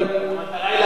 המטרה היא להרתיע.